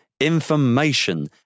information